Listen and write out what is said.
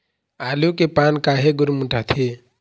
आलू के पान काहे गुरमुटाथे?